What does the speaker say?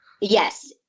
Yes